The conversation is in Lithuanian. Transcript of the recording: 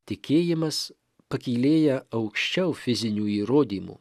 tikėjimas pakylėja aukščiau fizinių įrodymų